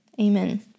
Amen